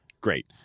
great